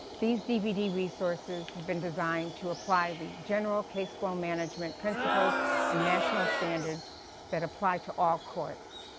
these dvd resources have been designed to apply the general caseflow management principals and national standards that apply to all courts.